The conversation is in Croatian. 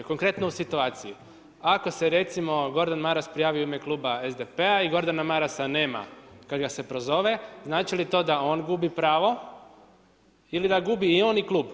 Konkretno u situaciji, ako se recimo Gordan Maras prijavi u ime kluba SDP-a i Gordana Marasa nema kad gase prozove, znači li to da on gubi pravo ili da gubi i on i klub?